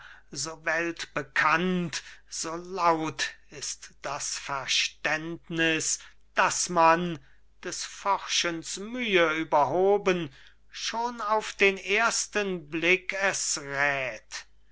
so weltbekannt so laut ist das verständnis daß man des forschens mühe überhoben schon auf den ersten blick es rät